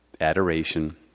Adoration